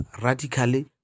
radically